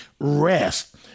Rest